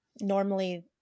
Normally